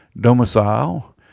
domicile